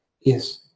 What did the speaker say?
Yes